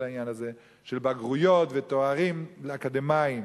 העניין הזה של בגרויות ותארים אקדמיים.